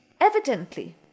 Evidently